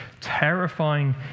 terrifying